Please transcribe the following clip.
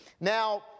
Now